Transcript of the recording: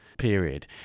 period